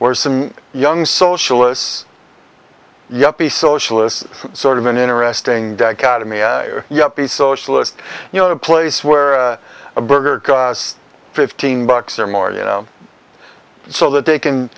where some young socialists yuppie socialists sort of an interesting dichotomy yuppie socialist you know a place where a burger costs fifteen bucks or more you know so that they can